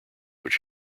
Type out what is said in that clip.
which